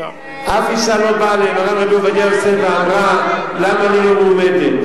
אף אשה לא באה למרן רבי עובדיה יוסף ואמרה: למה אני לא מועמדת?